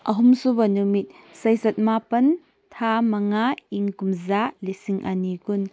ꯑꯍꯨꯝꯁꯨꯕ ꯅꯨꯃꯤꯠ ꯆꯩꯆꯠ ꯃꯥꯄꯟ ꯊꯥ ꯃꯉꯥ ꯏꯪ ꯀꯨꯝꯖꯥ ꯂꯤꯁꯤꯡ ꯑꯅꯤ ꯀꯨꯟ